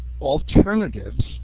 alternatives